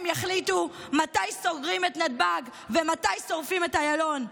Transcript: הם יחליטו מתי סוגרים את נתב"ג ומתי שורפים את איילון.